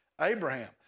Abraham